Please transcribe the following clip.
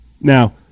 Now